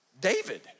David